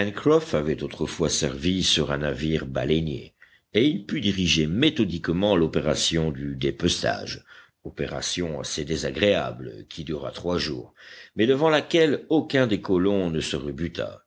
pencroff avait autrefois servi sur un navire baleinier et il put diriger méthodiquement l'opération du dépeçage opération assez désagréable qui dura trois jours mais devant laquelle aucun des colons ne se rebuta